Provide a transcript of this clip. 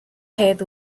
hedd